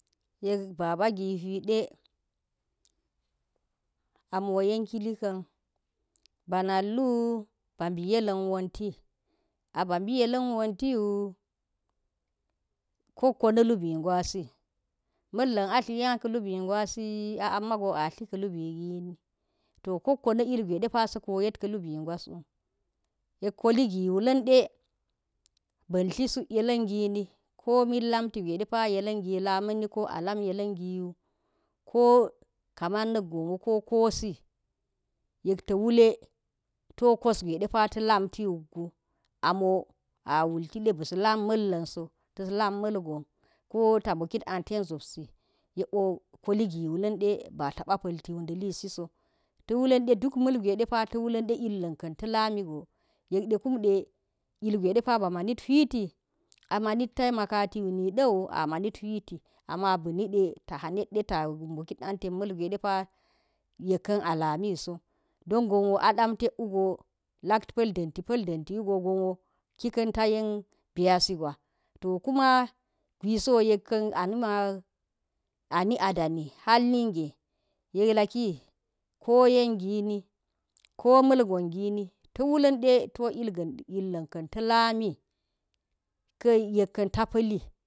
Yek babagi hwi de amo yenkili ka̱n ba nal wub a mbi yelan wanti aba mbi ydin wanti woo kokko na̱ lubi gwasi mala̱n a tlayan ka̱ lubi gwasi yek amago a tla ka̱ lubi gini to ko kko na̱ ilgwe sa̱ koyet ka̱ lubi gwaswu, yekwali gi wulin de mbann tli suk yelin gini komen lamti gwe depawo yelangi lamin ko a lam yelan giwo kaman na̱k gon wo ko kosi yek ta wule, to kos gwe depata lamti wuk gu amo a wulti de bis lam ma̱nlin so tis lam ma̱lgan ko ta mbokit an toa zopsi yek wo koligi wula̱n de be a tab a̱ pa̱l ti wu da liu so to wulan de duk depa ta̱ wulan de ilankan ta lami go yek de kum de ilgwe pe ba manit hwo ti din bamani hwiti ama bi nide ta hannet de ta mbokit an tan ma̱l gwe depa yekan a lami wu so don gon wo a dam tak wu go lak pal dan ti pa̱l danti wu go gon wo ki kan ta yan ba si gwa to kuma gwisi wo yekan amma a mi adani halnigre yek gini tawulan de to ilan kvn ta lami ka yen kakn ta pali